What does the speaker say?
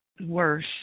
worse